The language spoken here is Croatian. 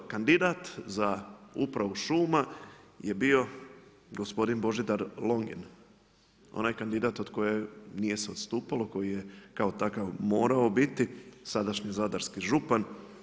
Kandidat za upravu šuma je bio gospodin Božidar Longin onaj kandidat od koga se nije odstupalo, koji je kao takav morao biti sadašnji zadarski župan.